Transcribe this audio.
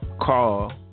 call